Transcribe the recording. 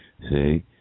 See